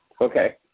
Okay